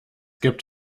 gibt